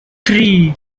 three